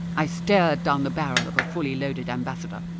i stared down the barrel of a fully-loaded ambassador.